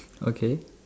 okay